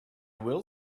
will